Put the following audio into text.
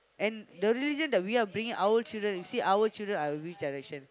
and the religion that we are bringing our children you see our children are in which direction